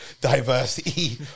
diversity